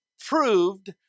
proved